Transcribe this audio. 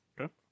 Okay